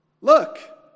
Look